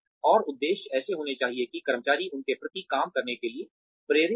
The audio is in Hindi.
और उद्देश्य ऐसे होने चाहिए कि कर्मचारी उनके प्रति काम करने के लिए प्रेरित हो